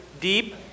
deep